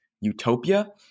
utopia